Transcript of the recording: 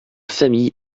famille